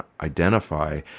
identify